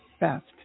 best